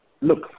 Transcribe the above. Look